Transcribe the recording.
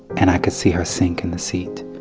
and i could see her sink in the seat.